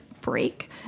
break